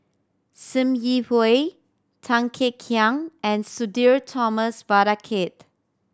Sim Yi Hui Tan Kek Hiang and Sudhir Thomas Vadaketh